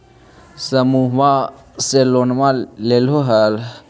समुहवा से लोनवा लेलहो हे?